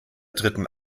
dritten